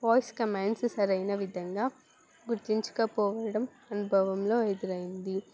voice commands సరైన విధంగా గుర్తించకపోవడం అనుభవంలో ఎదురైంది